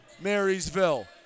Marysville